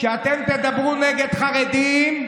כשאתם תדברו נגד חרדים,